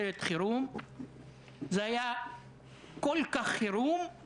שלכם זה גיבוי מוחלט לשוחד מרמה והפרת